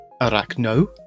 Arachno